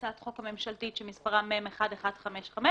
הצעת החוק הממשלתית שמספרה מ/1155